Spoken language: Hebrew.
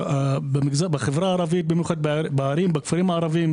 בחברה הערבית, ובמיוחד בכפרים הערביים